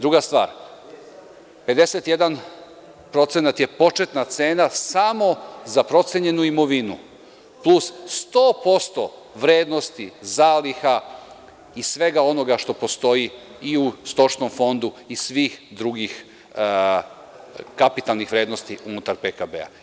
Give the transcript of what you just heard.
Druga stvar, 51% je početna cena samo za procenjenu imovinu plus 100% vrednosti zaliha i svega onoga što postoji i u stočnom fondu i svih drugih kapitalnih vrednosti unutar PKB.